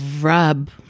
rub